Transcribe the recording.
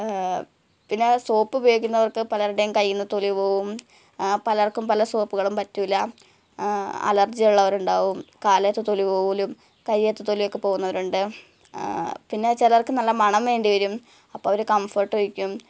പിന്നെ സോപ്പ് ഉപയോഗിക്കുന്നവര്ക്ക് പലരുടെയും കയ്യിൽ നിന്ന് തൊലി പോവും പലര്ക്കും പല സോപ്പുകളും പറ്റില്ല അലര്ജി ഉള്ളവരുണ്ടാവും കാലിലത്തെ തൊലി പോവലും കയ്യിലത്തെ തൊലിയൊക്കെ പോവുന്നവരുണ്ട് പിന്നെ ചിലര്ക്ക് നല്ല മണം വേണ്ടി വരും അപ്പം അവർ കംഫർട്ട് ഒഴിക്കും